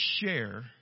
share